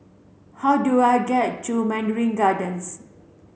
how do I get to Mandarin Gardens